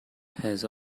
has